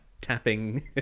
tapping